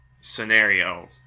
scenario